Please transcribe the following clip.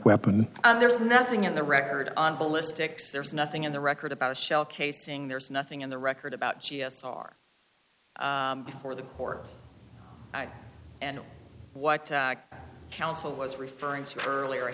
weapon there is nothing in the record on ballistics there's nothing in the record about a shell casing there's nothing in the record about g s r before the court and what counsel was referring to earlier i